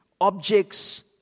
objects